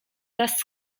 wraz